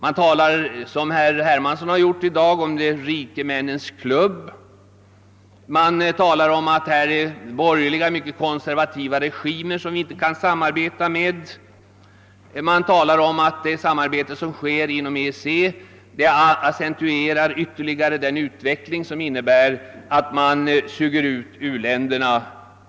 Man talar, och det har också herr Hermansson gjort i dag, om »de rike männens klubb» och om att det rör sig om mycket konservativa borgerliga regimer, som vi inte kan samarbeta med. Det sägs också att samarbetet inom EEC ytterligare accentuerar en utveckling som innebär utsugning av u-länderna.